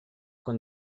con